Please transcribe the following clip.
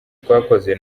twakoze